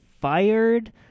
fired